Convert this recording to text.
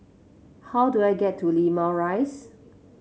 how do I get to Limau Rise